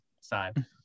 side